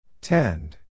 Tend